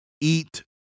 eat